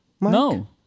No